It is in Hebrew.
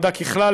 ככלל,